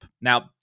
now